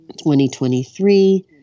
2023